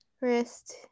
wrist